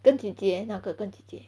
跟姐姐那个跟姐姐